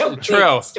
True